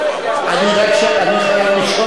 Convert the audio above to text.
לא, אני רוצה הצבעה.